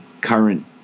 current